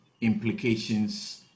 implications